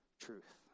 truth